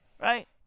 Right